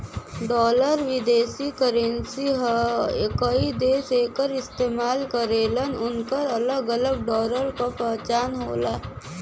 dollar विदेशी currency हौ कई देश एकर इस्तेमाल करलन उनकर अलग अलग डॉलर क पहचान होला